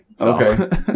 Okay